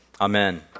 Amen